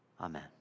Amen